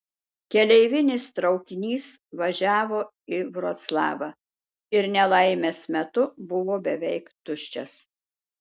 keleivinis traukinys važiavo į vroclavą ir nelaimės metu buvo beveik tuščias